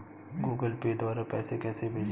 Google Pay द्वारा पैसे कैसे भेजें?